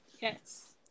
Yes